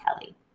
Kelly